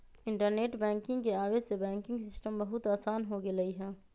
internet banking के आवे से बैंकिंग सिस्टम बहुत आसान हो गेलई ह